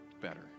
better